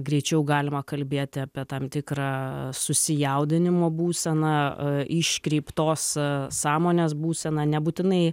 greičiau galima kalbėti apie tam tikrą susijaudinimo būseną iškreiptos sąmonės būseną nebūtinai